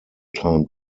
time